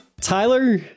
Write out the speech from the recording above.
Tyler